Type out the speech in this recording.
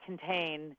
contain